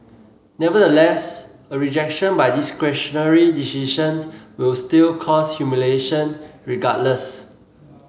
nevertheless a rejection by discretionary decisions will still cause humiliation regardless